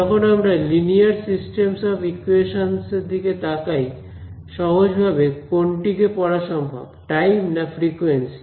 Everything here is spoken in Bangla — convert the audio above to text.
যখন আমরা লিনিয়ার সিস্টেমস অফ ইকোয়েশনস এর দিকে তাকাই সহজভাবে কোনটিকে পড়া সম্ভব টাইম না ফ্রিকুয়েন্সি